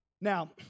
Now